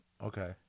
Okay